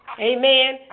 Amen